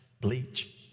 bleach